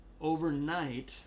overnight